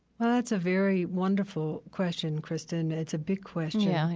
well, that's a very wonderful question, krista, and that's a big question yeah, and